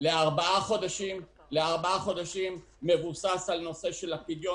לארבעה חודשים כשזה מבוסס על הפדיון.